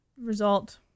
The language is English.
Result